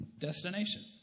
destination